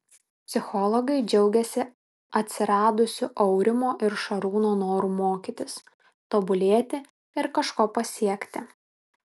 psichologai džiaugiasi atsiradusiu aurimo ir šarūno noru mokytis tobulėti ir kažko pasiekti